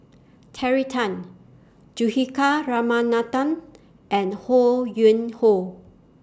Terry Tan Juthika Ramanathan and Ho Yuen Hoe